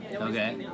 Okay